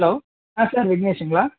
hello ஆ sir விக்னேஷுங்களா